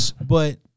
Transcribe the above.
But-